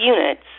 units